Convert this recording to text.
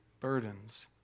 burdens